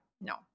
No